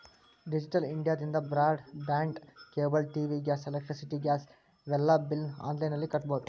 digital ಇಂಡಿಯಾದಿಂದ broadband cable TV gas electricity gas ಇವೆಲ್ಲಾ ಬಿಲ್ನ ಆನ್ಲೈನ್ ನಲ್ಲಿ ಕಟ್ಟಬೊದು